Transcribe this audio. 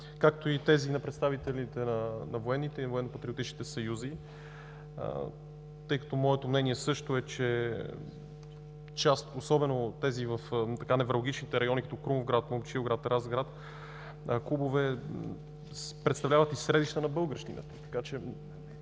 както и тези на представителите на военните и военно-патриотичните съюзи. Моето мнение също е, че част, особено клубове в невралгичните райони, като Крумовград, Момчилград, Разград, представляват и средища на българщината.